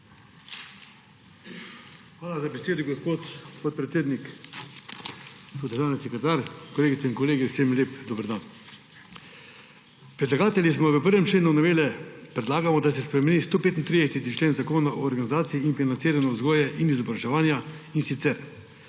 Hvala za besedo, gospod podpredsednik. Gospod državni sekretar, kolegice in kolegi vsem lep dober dan! Predlagatelji v 1. členu novele predlagamo, da se spremeni 135. člen Zakona o organizaciji in financiranju vzgoje in izobraževanja, in sicer